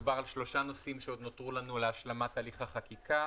מדובר על שלושה נושאים שעוד נותרו לנו להשלמת הליך החקיקה.